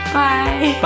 bye